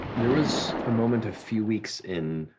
there was a moment a few weeks in,